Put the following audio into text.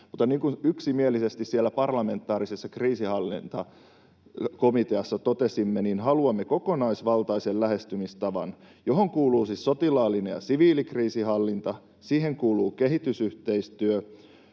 Mutta niin kuin yksimielisesti siellä parlamentaarisessa kriisinhallintakomiteassa totesimme, niin haluamme kokonaisvaltaisen lähestymistavan, johon kuuluu siis sotilaallinen ja siviilikriisinhallinta, siihen kuuluu kehitysyhteistyö,